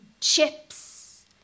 Chips